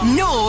no